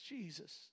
Jesus